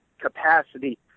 capacity